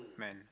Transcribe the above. man